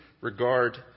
regard